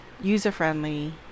user-friendly